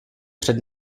před